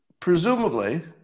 Presumably